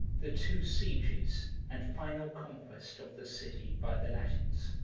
the two sieges and final conquest of the city by the latins.